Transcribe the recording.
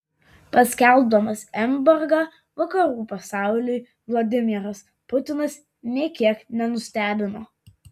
paskelbdamas embargą vakarų pasauliui vladimiras putinas nė kiek nenustebino